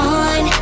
on